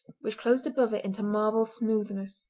which closed above it into marble smoothness.